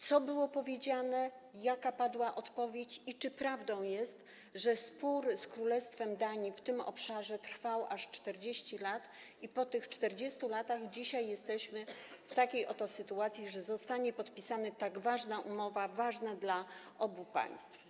Co było powiedziane, jaka padła odpowiedź i czy prawdą jest, że spór z Królestwem Danii w tym obszarze trwał aż 40 lat i po tych 40 latach dzisiaj jesteśmy w takiej oto sytuacji, że zostanie podpisana tak ważna umowa, ważna dla obu państw?